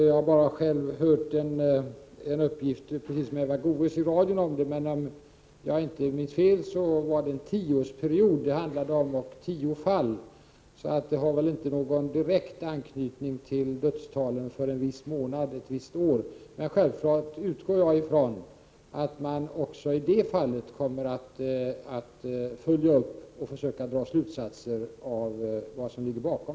Själv har jag, precis som Eva Goés, bara hört en uppgift i radion. Men om jag inte minns fel handlade det om tio fall under en tioårsperiod. Det har väl inte någon direkt anknytning till dödstalen för en viss månad ett visst år. Men självfallet utgår jag från att man också i det fallet kommer att följa upp och försöka dra slutsatser om vad som ligger bakom.